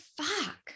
fuck